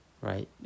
right